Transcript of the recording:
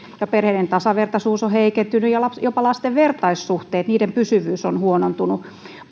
ja perheiden tasavertaisuus on heikentynyt ja jopa lasten vertaissuhteiden pysyvyys on huonontunut